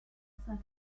certain